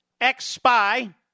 ex-spy